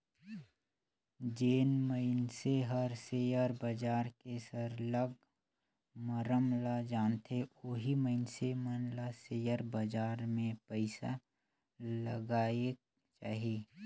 जेन मइनसे हर सेयर बजार के सरलग मरम ल जानथे ओही मइनसे मन ल सेयर बजार में पइसा लगाएक चाही